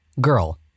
Girl